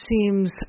seems